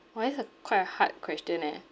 !wah! that's a quite a hard question eh